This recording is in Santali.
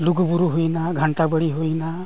ᱞᱩᱜᱩᱵᱩᱨᱩ ᱦᱩᱭᱮᱱᱟ ᱜᱷᱟᱱᱴᱟ ᱵᱟᱲᱮ ᱦᱩᱭᱮᱱᱟ